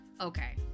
Okay